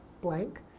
blank